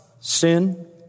Sin